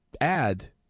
add